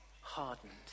hardened